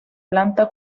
planta